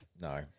no